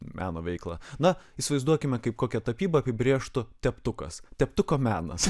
meno veiklą na įsivaizduokime kaip kokia tapyba apibrėžtų teptukas teptuko menas